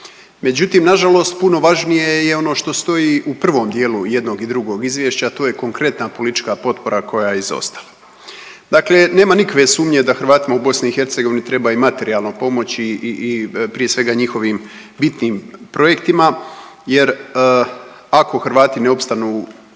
međutim nažalost puno važnije je ono što stoji u prvom dijelu jednog i drugog izvješća, a to je konkretna politička potpora koja je izostala. Dakle nema nikakve sumnje da Hrvatima u BiH treba i materijalno pomoći i prije svega njihovim bitnim projektima jer ako Hrvati ne opstanu i